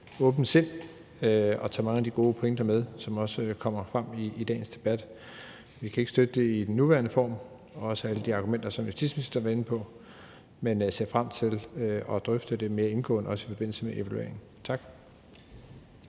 åbent sind og tage mange af de gode pointer med, som også kommer frem i dagens debat. Vi kan ikke støtte det i den nuværende form, også ud fra alle de argumenter, som justitsministeren var inde på. Men jeg ser frem til at drøfte det mere indgående også i forbindelse med evalueringen. Tak.